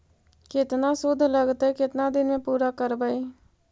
केतना शुद्ध लगतै केतना दिन में पुरा करबैय?